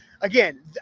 Again